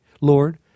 Lord